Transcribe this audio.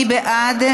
מי בעד?